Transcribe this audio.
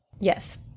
Yes